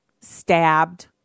stabbed